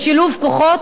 בשילוב כוחות,